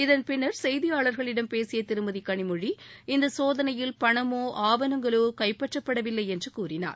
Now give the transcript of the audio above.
இதன்பின்னர் செய்தியாளர்களிடம் பேசிய திருமதி களிமொழி இந்த சோதனையில் பணமோ ஆவணங்களோ கைப்பற்றப்படவில்லை என்று கூறினார்